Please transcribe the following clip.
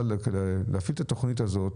להפעיל את התוכנית הזאת